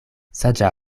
saĝa